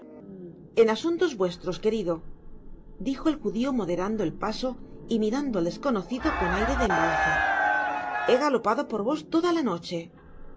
a asuntos vuestros querido dijo el judio moderando el paso y mirando al desconocido con aire de embarazo he galopado por vos toda la noche